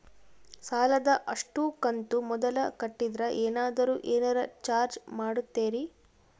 ಸಾಲದ ಅಷ್ಟು ಕಂತು ಮೊದಲ ಕಟ್ಟಿದ್ರ ಏನಾದರೂ ಏನರ ಚಾರ್ಜ್ ಮಾಡುತ್ತೇರಿ?